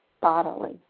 bodily